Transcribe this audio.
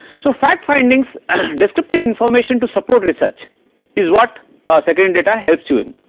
so fact findings descriptive information to support research is what ah secondary data helps you in